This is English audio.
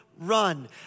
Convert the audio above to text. run